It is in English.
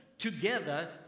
Together